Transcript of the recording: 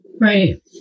Right